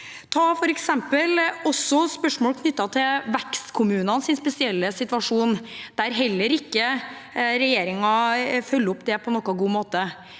Ta f.eks. spørsmål knyttet til vekstkommunenes spesielle situasjon, der regjeringen heller ikke følger opp det på noen god måte.